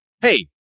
hey